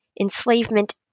Enslavement